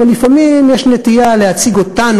אבל לפעמים יש נטייה להציג אותנו,